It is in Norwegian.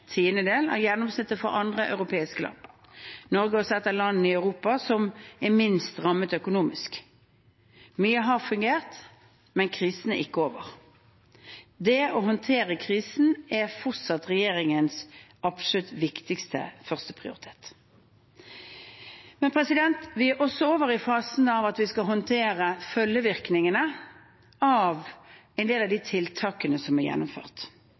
tiendedel av gjennomsnittet for andre europeiske land. Norge er også et av de landene i Europa som er minst rammet økonomisk. Mye har fungert, men krisen er ikke over. Det å håndtere krisen er fortsatt regjeringens absolutt viktigste førsteprioritet. Vi er også over i fasen der vi skal håndtere følgevirkningene av en del av de tiltakene som er gjennomført.